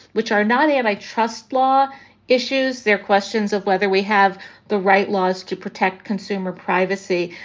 which are not antitrust law issues. they're questions of whether we have the right laws to protect consumer privacy.